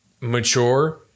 mature